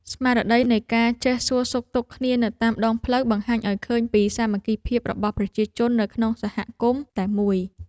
ស្មារតីនៃការចេះសួរសុខទុក្ខគ្នានៅតាមដងផ្លូវបង្ហាញឱ្យឃើញពីសាមគ្គីភាពរបស់ប្រជាជននៅក្នុងសហគមន៍តែមួយ។